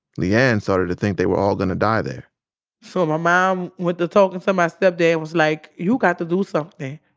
le-ann started to think they were all going to die there so my mom went to talking to my stepdad was like, you got to do something.